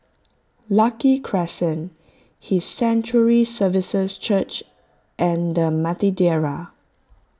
Lucky Crescent His Sanctuary Services Church and the Madeira